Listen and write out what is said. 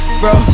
bro